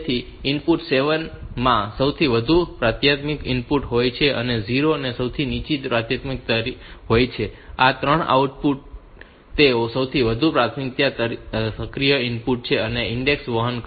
તેથી ઇનપુટ 7 માં સૌથી વધુ પ્રાધાન્યતા ઇનપુટ હોય છે અને 0 ને સૌથી નીચી પ્રાધાન્યતા હોય છે અને આ 3 આઉટપુટ તેઓ સૌથી વધુ પ્રાધાન્યતા સક્રિય ઇનપુટ નો ઇન્ડેક્સ વહન કરશે